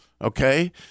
Okay